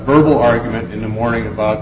verbal argument in the morning about